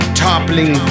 toppling